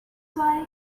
why